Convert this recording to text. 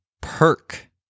Perk